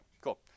cool